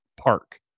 Park